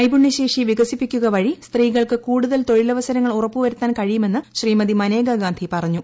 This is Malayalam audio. നൈപുണ്യശേഷി വികസിപ്പിക്കുകവഴി സ്ത്രീകൾക്ക് കൂടുതൽ തൊഴിലവസരങ്ങൾ ഉറപ്പുവരുത്താൻ കഴിയുമെന്ന് ശ്രീമതി മനേകാ ഗാന്ധി പറഞ്ഞു